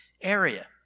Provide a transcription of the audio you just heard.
area